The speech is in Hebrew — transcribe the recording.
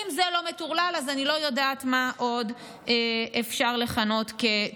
אם זה לא מטורלל אז אני לא יודעת מה עוד אפשר לכנות טרלול.